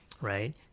right